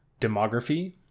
demography